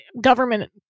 government